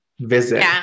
visit